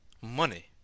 money